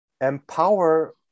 empower